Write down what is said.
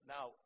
Now